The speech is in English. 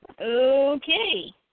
Okay